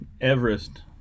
Everest